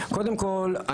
קודם כול,